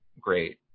great